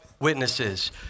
witnesses